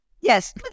Yes